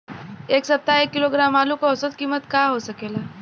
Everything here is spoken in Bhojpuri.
एह सप्ताह एक किलोग्राम आलू क औसत कीमत का हो सकेला?